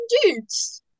dudes